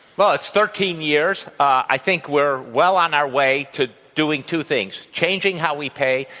well, it's thirteen years. i think we're well on our way to doing two things changing how we pay,